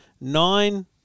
nine